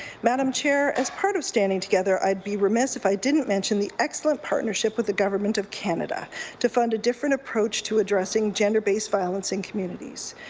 madam chair, as part of standing together i'd be remiss if i didn't mention the excellent partnership with government of canada to fund a different approach to addressing gender based violence in communitites.